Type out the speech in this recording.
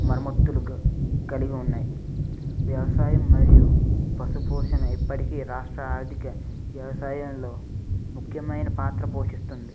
మరమత్తులు కలిగి ఉన్నాయి వ్యవసాయం మరియు పశుపోషణ ఎప్పటికీ రాష్ట్ర ఆర్థిక వ్యవసాయంలో ముఖ్యమైన పాత్ర పోషిస్తుంది